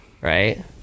right